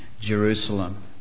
Jerusalem